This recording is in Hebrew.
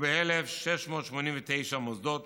ו-1,689 מוסדות